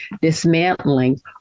dismantling